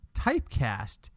Typecast